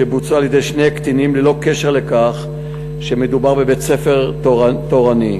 שבוצע על-ידי שני הקטינים ללא קשר לכך שמדובר בבית-ספר תורני.